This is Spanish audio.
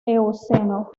eoceno